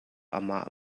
amah